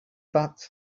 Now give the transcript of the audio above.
that